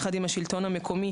יחד עם השלטון המקומי,